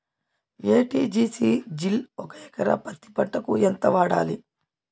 ఎ.టి.జి.సి జిల్ ఒక ఎకరా పత్తి పంటకు ఎంత వాడాలి?